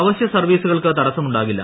അവശ്യ സർവീസുകൾക്ക് തടസ്സമുണ്ടാകില്ല